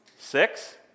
Six